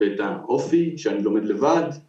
‫את האופי שאני לומד לבד.